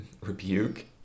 Rebuke